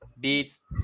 beats